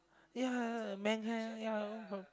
ya mankind ya mankind